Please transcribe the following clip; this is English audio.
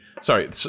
sorry